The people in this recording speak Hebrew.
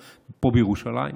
בירושלים,